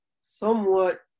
somewhat –